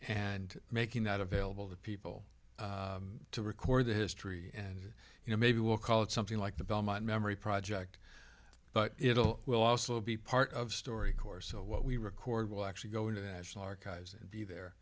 and making that available to people to record the history and you know maybe we'll call it something like the belmont memory project but it'll will also be part of story corps so what we record will actually go into the national archives and be there